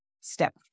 Step